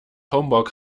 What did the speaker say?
homburg